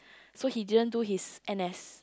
so he didn't do his n_s